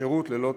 השירות ללא תשלום.